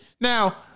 Now